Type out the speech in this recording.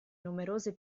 numerose